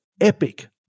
epic